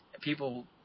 people